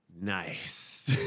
Nice